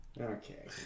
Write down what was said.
okay